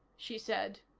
she said,